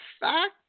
fact